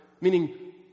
Meaning